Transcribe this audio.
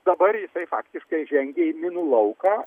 dabar jisai faktiškai žengia į minų lauką